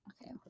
Okay